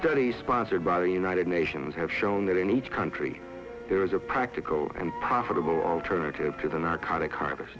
study sponsored by the united nations have shown that in each country there is a practical and profitable alternative to the narcotics har